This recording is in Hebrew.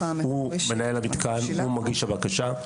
הוא מנהל המתקן, הוא מגיש הבקשה,